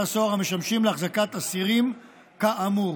הסוהר המשמשים להחזקת אסירים כאמור.